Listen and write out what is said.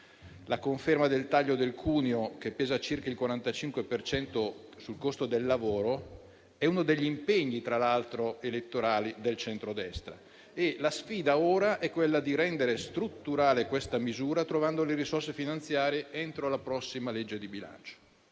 La conferma del taglio del cuneo, che pesa circa il 45 per cento sul costo del lavoro, è tra l'altro uno degli impegni elettorali del centrodestra. La sfida ora è quella di rendere strutturale questa misura trovando le risorse finanziarie entro la prossima legge di bilancio.